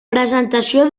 presentació